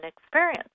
experience